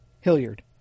Hilliard